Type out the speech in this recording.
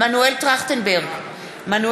מנואל טרכטנברג,